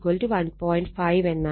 5 എന്നാണ്